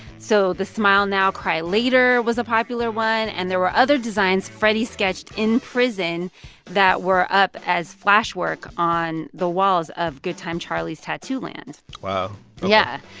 so the smile now, cry later was a popular one and there were other designs freddy sketched in prison that were up as flash work on the walls of good time charlie's tattooland wow. ok yeah.